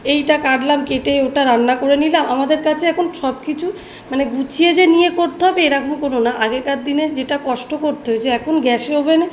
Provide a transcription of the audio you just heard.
এটা কাটলাম কেটে ওটা রান্না করে নিলাম আমাদের কাছে এখন সব কিছু মানে গুছিয়ে যে নিয়ে করতে হবে এরকম কোনো না আগেকার দিনে যেটা কষ্ট করতে হয়েছে এখন গ্যাসে ওভেনে